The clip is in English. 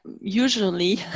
usually